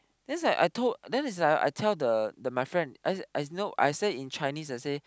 then is like I told then is like I tell the the my friend I I know I say in Chinese I say